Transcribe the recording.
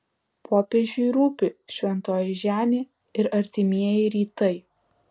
popiežiui rūpi šventoji žemė ir artimieji rytai